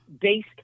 based